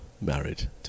married